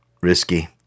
risky